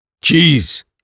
Cheese